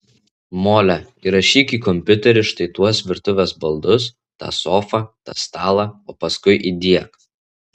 mole įrašyk į kompiuterį štai tuos virtuvės baldus tą sofą tą stalą o paskui įdiek